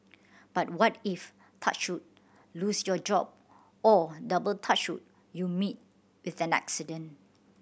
but what if touch wood lose your job or double touch you meet with an accident